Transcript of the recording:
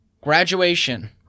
Graduation